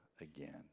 again